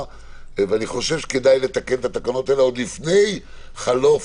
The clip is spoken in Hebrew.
ואני חושב שכדאי לתקן את התקנות האלה עוד לפני חלוף